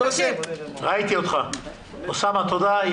אוסאמה, תודה.